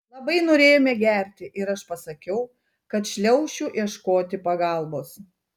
labai norėjome gerti ir aš pasakiau kad šliaušiu ieškoti pagalbos